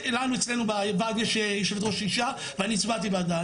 לנו אצלנו בוועד יש יושבת ראש אישה ואני הצעתי בעדה.